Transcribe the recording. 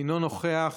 אינו נוכח,